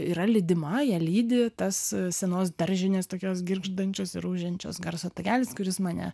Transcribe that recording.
yra lydima ją lydi tas senos daržinės tokios girgždančios ir ūžiančios garso takelis kuris mane